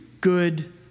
good